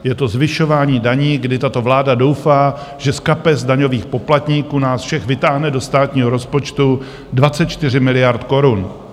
Je to zvyšování daní, kdy tato vláda doufá, že z kapes daňových poplatníků, nás všech, vytáhne do státního rozpočtu 24 miliard korun.